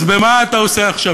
אז מה אתה עושה עכשיו?